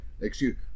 excuse